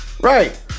Right